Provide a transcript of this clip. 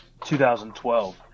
2012